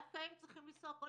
דווקא הם צריכים לנסוע הכי פחות.